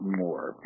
more